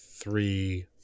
three